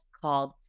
called